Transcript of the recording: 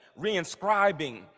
reinscribing